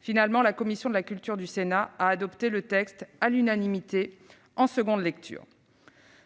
Finalement, la commission de la culture du Sénat a adopté le texte à l'unanimité en seconde lecture.